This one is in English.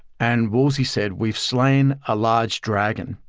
and woolsey said, we've slain a large dragon,